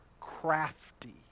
crafty